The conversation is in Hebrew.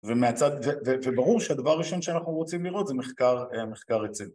ומהצד, וברור שהדבר הראשון שאנחנו רוצים לראות זה מחקר רציני